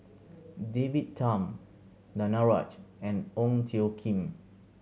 David Tham Danaraj and Ong Tjoe Kim